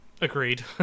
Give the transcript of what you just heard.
Agreed